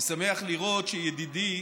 אני שמח לראות שידידי